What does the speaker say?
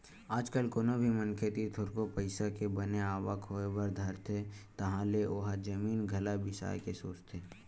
आज कल कोनो भी मनखे तीर थोरको पइसा के बने आवक होय बर धरथे तहाले ओहा जमीन जघा बिसाय के सोचथे